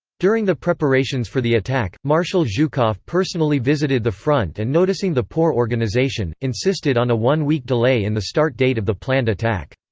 during the preparations for the attack, marshal zhukov personally visited the front and noticing the poor organization, insisted on a one-week delay in the start date of the planned attack.